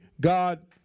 God